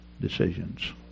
decisions